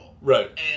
Right